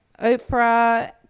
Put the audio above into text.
Oprah